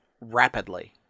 rapidly